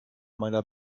meiner